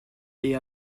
est